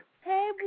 Hey